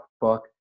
book